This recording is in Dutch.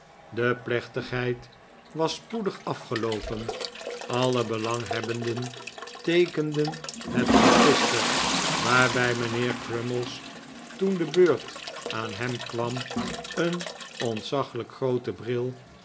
de plechtigheid was spoedig afgeloopen alle belanghebbenden teekenden het register waarbij mijnheer crummies toen de beurt aan hem kwam een ontzaglijk grooten bril